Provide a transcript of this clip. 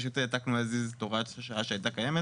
פשוט העתקנו את הוראת השעה שהיתה קיימת